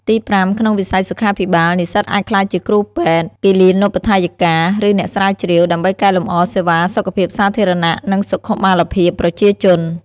ទីប្រាំ ក្នុងវិស័យសុខាភិបាល និស្សិតអាចក្លាយជាគ្រូពេទ្យ គិលានុបដ្ឋាយិកា ឬអ្នកស្រាវជ្រាវ ដើម្បីកែលម្អសេវាសុខភាពសាធារណៈ និងសុខុមាលភាពប្រជាជន។